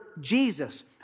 Jesus